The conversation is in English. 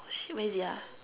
shit where is it ah